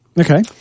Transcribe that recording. Okay